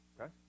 Okay